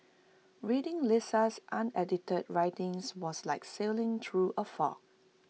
reading Lisa's unedited writings was like sailing through A fog